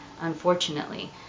unfortunately